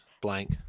blank